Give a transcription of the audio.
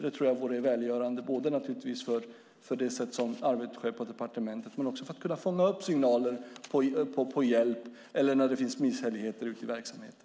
Det tror jag vore välgörande för arbetet på departementet och för att vi ska kunna fånga upp signaler och rop på hjälp när det finns misshälligheter ute i verksamheten.